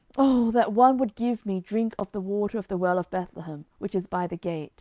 oh that one would give me drink of the water of the well of bethlehem, which is by the gate